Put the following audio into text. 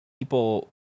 people